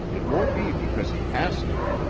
it won't be because he has to,